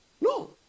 No